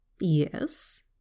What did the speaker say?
Yes